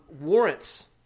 warrants